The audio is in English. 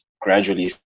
gradually